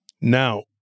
Now